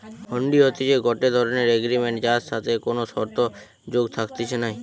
হুন্ডি হতিছে গটে ধরণের এগ্রিমেন্ট যার সাথে কোনো শর্ত যোগ থাকতিছে নাই